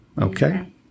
Okay